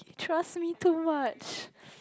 trust me too much